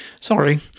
Sorry